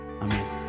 Amen